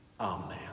Amen